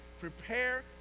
prepare